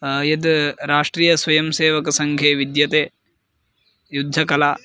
यत् राष्ट्रीयस्वयंसेवकसङ्घे विद्यते युद्धकला